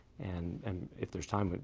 and and if there's time, but